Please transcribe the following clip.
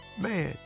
man